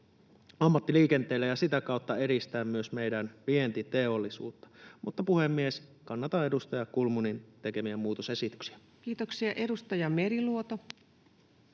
ammattiliikenteelle ja sitä kautta edistettyä myös meidän vientiteollisuutta. Puhemies! Kannatan edustaja Kulmunin tekemiä muutosesityksiä. [Speech 324] Speaker: